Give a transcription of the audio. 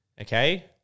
Okay